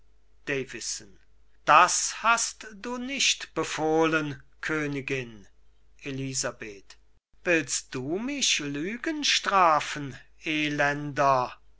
das hast du nicht befohlen königin elisabeth willst du mich lügen strafen elender